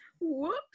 Whoops